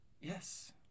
Yes